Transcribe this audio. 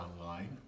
online